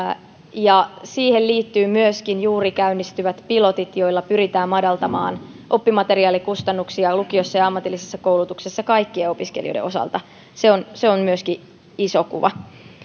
ja siihen liittyvät myöskin juuri käynnistyvät pilotit joilla pyritään madaltamaan oppimateriaalikustannuksia lukiossa ja ammatillisessa koulutuksessa kaikkien opiskelijoiden osalta se on se on myöskin iso kuva